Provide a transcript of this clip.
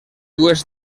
dues